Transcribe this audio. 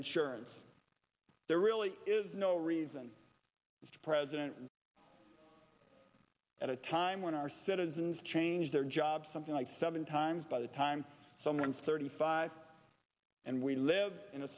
insurance there really is no reason mr president at a time when our citizens change their jobs something like seven times by the time someone's thirty five and we live in a